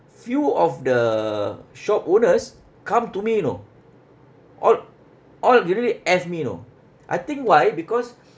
few of the shop owners come to me you know all all they really f me you know I think why because